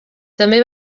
també